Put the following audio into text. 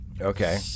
Okay